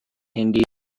hindi